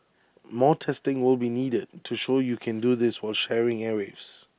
more testing will be needed to show you can do this while sharing airwaves